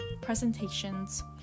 presentations